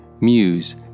Muse